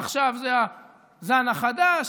עכשיו זה הזן החדש,